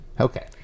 Okay